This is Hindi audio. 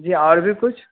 जी और भी कुछ